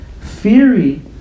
theory